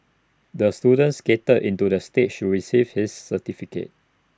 the student skated into the stage to receive his certificate